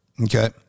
Okay